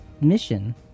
mission